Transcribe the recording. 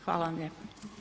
Hvala vam lijepa.